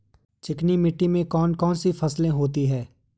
चिकनी मिट्टी में कौन कौन सी फसलें होती हैं?